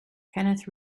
kenneth